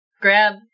grab